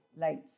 late